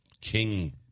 King